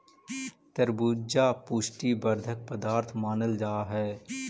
तरबूजा पुष्टि वर्धक पदार्थ मानल जा हई